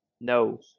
No